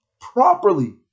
properly